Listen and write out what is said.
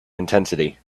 intensity